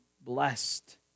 blessed